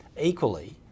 Equally